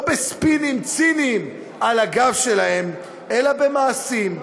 בספינים ציניים על הגב שלהם אלא במעשים,